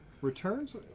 Returns